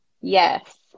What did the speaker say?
Yes